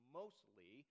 mostly